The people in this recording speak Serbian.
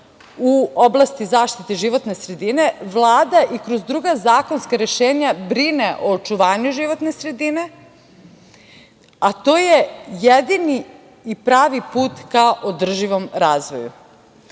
u oblasti zaštite životne sredine, Vlada i kroz druga zakonska rešenja brine o očuvanju životne sredine, a to je jedini i pravi put ka održivom razvoju. Dok